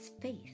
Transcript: faith